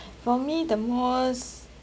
for me the most